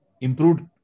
improved